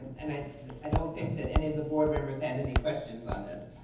and i i don't think that any of the board members had any questions on this,